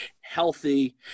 healthy